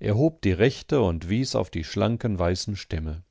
er hob die rechte und wies auf die schlanken weißen stämme